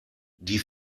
die